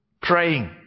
Praying